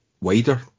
wider